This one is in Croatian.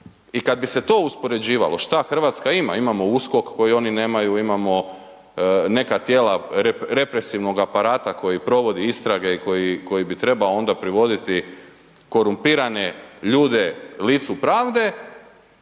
I kada bi se to uspoređivalo šta Hrvatska ima, imamo USKOK koji oni nemaju, imamo neka tijela represivnog aparata koji provodi istrage i koji bi trebao onda privoditi korumpirane ljude licu pravde,